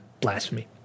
blasphemy